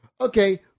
Okay